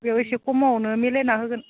बेयाव एसे खमावनो मिलायना होगोन